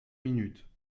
minutes